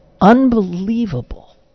unbelievable